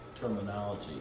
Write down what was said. terminology